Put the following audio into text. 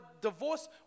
divorce